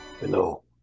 Hello